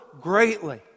greatly